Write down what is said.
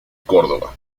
córdoba